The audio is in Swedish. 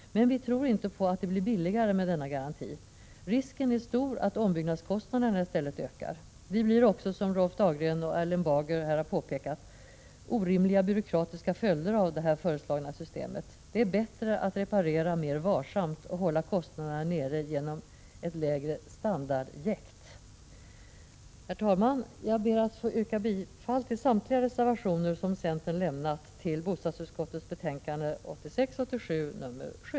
Men vi tror inte på att det blir billigare med denna garanti. Risken är stor att ombyggnadskostnaderna i stället ökar. Det blir, som Rolf Dahlgren och Erling Bager påpekar, orimliga byråkratiska följder av det föreslagna systemet. Det är bättre att reparera mer varsamt och hålla kostnaderna nere genom lägre standardjäkt. Herr talman! Jag ber att få yrka bifall till samtliga reservationer som centern avlämnat till bostadsutskottets betänkande 1986/87:7.